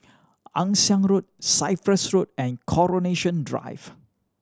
Ann Siang Road Cyprus Road and Coronation Drive